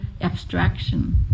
abstraction